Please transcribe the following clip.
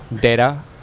data